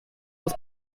aus